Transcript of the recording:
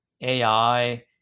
AI